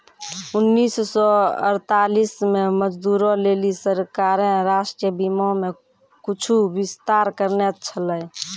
उन्नीस सौ अड़तालीस मे मजदूरो लेली सरकारें राष्ट्रीय बीमा मे कुछु विस्तार करने छलै